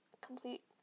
complete